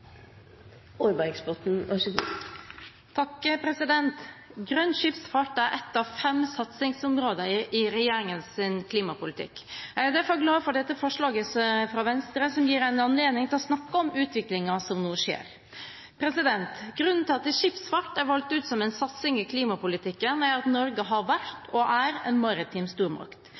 den retningen. Så den komitéinnstillingen som foreligger, synes jeg er logisk, den utfordrer, og den er egentlig særdeles viktig. Grønn skipsfart er ett av fem satsingsområder i regjeringens klimapolitikk. Jeg er derfor glad for dette forslaget fra Venstre, som gir en anledning til å snakke om utviklingen som nå skjer. Grunnen til at skipsfart er valgt ut som en satsing i klimapolitikken, er at Norge har vært og er en maritim stormakt.